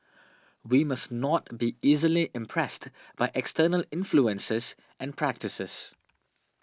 we must not be easily impressed by external influences and practices